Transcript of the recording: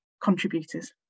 contributors